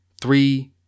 Three